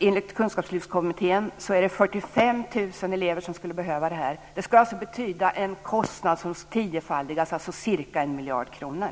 Enligt kunskapslyftskommittén är det 45 000 elever som skulle behöva det. Det skulle alltså betyda en kostnad som tiofaldigas, ca 1 miljard kronor.